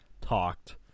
talked